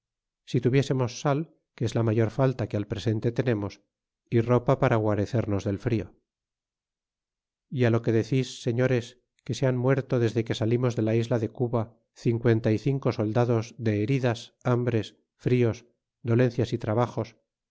si tuviésemos sal que es la mayor falta que al presente tenemos y ropa para guarecernos de frio y á lo que decis señores que se han muerto desde que salimos de la isla de cuba cincuenta y cinco soldados de heridas hambres fríos dolencias y trabajos